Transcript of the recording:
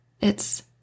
It's